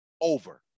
over